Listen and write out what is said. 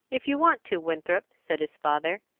if you want to, winthrop, said his father.